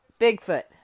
Bigfoot